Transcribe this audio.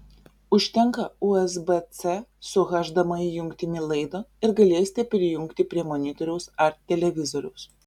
užtenka usb c su hdmi jungtimi laido ir galėsite prijungti prie monitoriaus ar televizoriaus